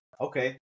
Okay